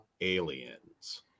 aliens